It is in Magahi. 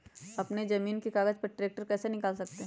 अपने जमीन के कागज पर ट्रैक्टर कैसे निकाल सकते है?